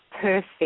perfect